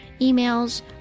emails